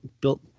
built